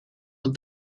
what